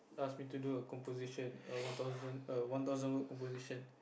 ask me to do a composition a one thousand a one thousand word composition